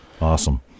Awesome